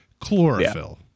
chlorophyll